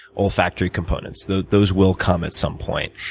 olfactory components. those those will come at some point.